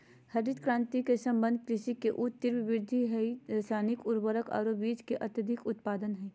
हरित क्रांति के संबंध कृषि के ऊ तिब्र वृद्धि से हई रासायनिक उर्वरक आरो बीज के अत्यधिक उत्पादन से हई